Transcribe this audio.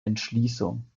entschließung